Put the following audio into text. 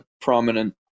prominent